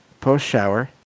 post-shower